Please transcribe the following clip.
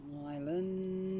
island